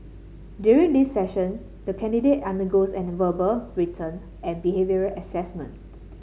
during this session the candidate undergoes and verbal written and behavioural assessment